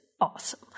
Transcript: awesome